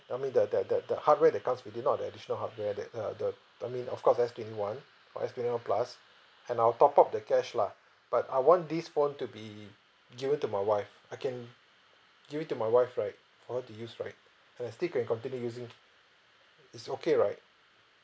I mean the the the the hardware that comes with it not the additional hardware that uh the I mean of course S twenty one or S twenty one plus and I'll top up the cash lah but I want this phone to be given to my wife I can give it to my wife right for her to use right and I still can continue using it's okay right